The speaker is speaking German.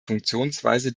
funktionsweise